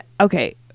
okay